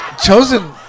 Chosen